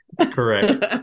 Correct